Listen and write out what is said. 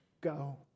go